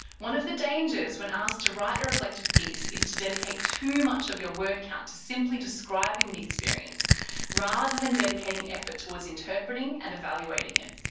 one of the dangers when asked to write a reflective piece is to dedicate too much of your word count to simply describing the experience rather than dedicating effort towards interpreting and evaluating it.